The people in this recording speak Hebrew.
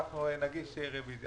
נגיש רביזיה.